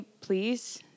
please